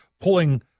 pulling